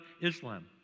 Islam